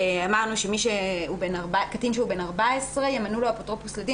אמרנו שלקטין שהוא בן 14 ימנו אפוטרופוס לדין